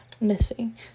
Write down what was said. missing